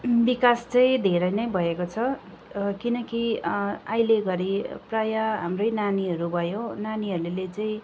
विकास चाहिँ धेरै नै भएको छ किनकि अहिलेघरि प्रायः हाम्रै नानीहरू भयो नानीहरूले चाहिँ